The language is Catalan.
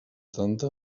tanta